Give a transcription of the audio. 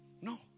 No